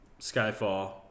Skyfall